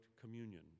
communion